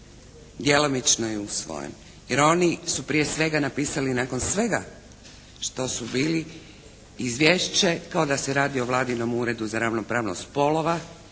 Djelomično je usvojen. Jer oni su prije svega napisali nakon svega što su bili izvješće kao da se radi o vladinom Uredu za ravnopravnost spolova